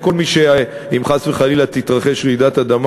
כל מי שאם חס וחלילה תתרחש רעידת אדמה